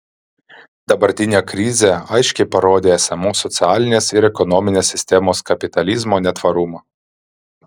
dabartinė krizė aiškiai parodė esamos socialinės ir ekonominės sistemos kapitalizmo netvarumą